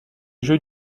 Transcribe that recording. jeux